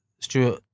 Stuart